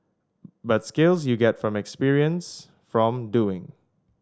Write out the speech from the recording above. but skills you get from experience from doing